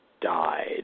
died